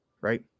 right